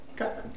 Okay